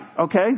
okay